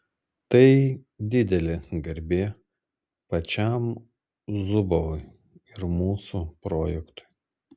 tai didelė garbė pačiam zubovui ir mūsų projektui